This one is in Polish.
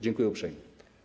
Dziękuję uprzejmie.